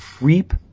reap